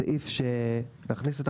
(א) בסעיף קטן (א)